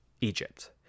Egypt